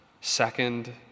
second